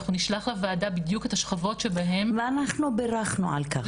אנחנו נשלח לוועדה בדיוק את השכבות שהן--- ואנחנו ברכנו על כך,